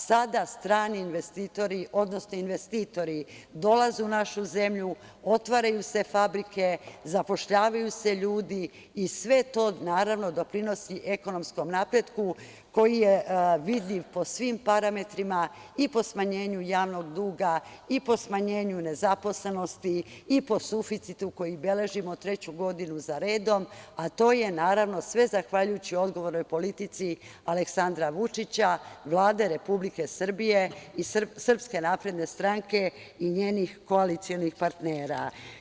Sada investitori dolaze u našu zemlju, otvaraju se fabrike, zapošljavaju se ljudi i sve to doprinosi ekonomskom napretku koji je vidljiv po svim parametrima, i po smanjenju javnog duga, i po smanjenju nezaposlenosti, i po suficitu koji beležimo treću godinu za redom, a to je, naravno, sve zahvaljujući odgovornoj politici Aleksandra Vučića, Vlade Republike Srbije i SNS i njenih koalicionih partnera.